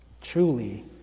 truly